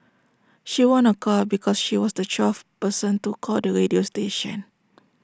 she won A car because she was the twelfth person to call the radio station